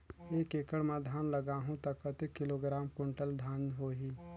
एक एकड़ मां धान लगाहु ता कतेक किलोग्राम कुंटल धान होही?